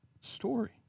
story